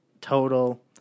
total